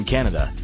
Canada